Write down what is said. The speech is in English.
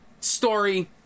story